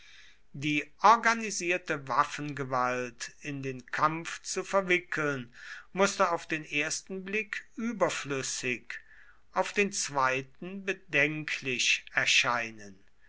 die organisierte waffengewalt in den kampf zu verwickeln mußte auf den ersten blick überflüssig auf den zweiten bedenklich erscheinen